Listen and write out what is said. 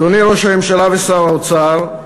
אדוני ראש הממשלה ושר האוצר,